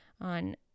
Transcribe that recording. on